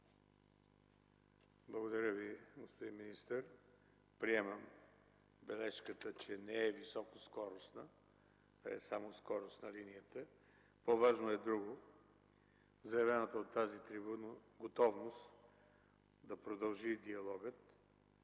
Благодаря Ви, господин министър. Приемам бележката, че не е високоскоростна, а е само скоростна линията. По-важно е друго – заявената от тази трибуна готовност диалогът